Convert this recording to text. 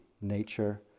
nature